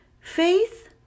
Faith